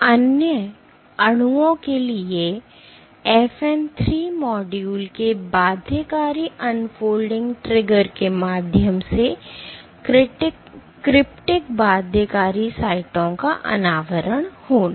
तो अन्य अणुओं के लिए FN 3 मॉड्यूल के बाध्यकारी अनफोल्डिंग ट्रिगर के माध्यम से क्रिप्टिक बाध्यकारी साइटों का अनावरण होना